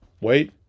wait